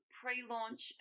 pre-launch